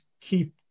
keep